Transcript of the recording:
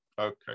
okay